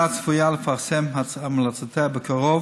הוועדה צפויה לפרסם המלצותיה בקרוב,